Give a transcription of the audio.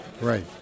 Right